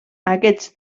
aquests